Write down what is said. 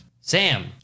Sam